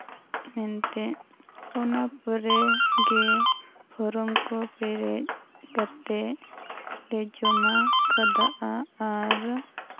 ᱢᱮᱱᱛᱮᱫ ᱚᱱᱟ ᱯᱚᱨᱮ ᱜᱮ ᱯᱷᱨᱚᱢ ᱠᱚ ᱯᱮᱨᱮᱡ ᱠᱟᱛᱮ ᱜᱮ ᱡᱚᱢᱟ ᱠᱟᱫᱟ ᱟᱨ